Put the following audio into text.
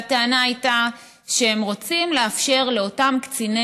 הטענה הייתה שהם רוצים לאפשר לאותם קציני